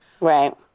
Right